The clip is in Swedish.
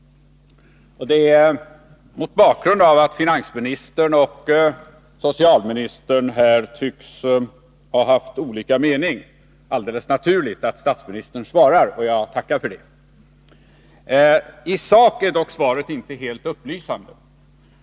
Det är, mot bakgrund av att finansministern och socialministern här tycks ha haft olika mening, alldeles naturligt att statsministern svarar. Jag tackar för det. I sak är dock svaret inte helt upplysande.